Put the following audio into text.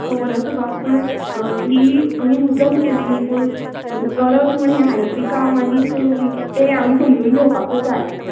खबर आसा गो पूण ही आमी मुद्दम केल्ली न्ही पूण गरज म्हणून गे आयिल्ले काम आनीक ते आमी समजून घेवपाकूच जाय